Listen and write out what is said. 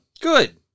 Good